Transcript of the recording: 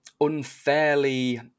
unfairly